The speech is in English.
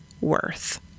worth